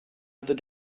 other